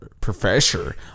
Professor